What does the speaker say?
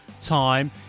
time